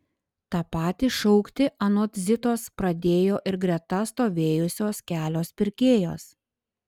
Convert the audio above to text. tą patį šaukti anot zitos pradėjo ir greta stovėjusios kelios pirkėjos